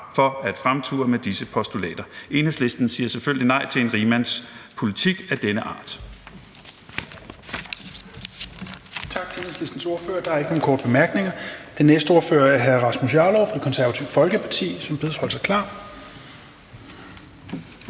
for at fremture med disse postulater. Enhedslisten siger selvfølgelig nej til en rigmandspolitik af denne art.